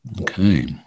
Okay